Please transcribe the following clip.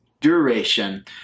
duration